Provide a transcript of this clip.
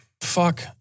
fuck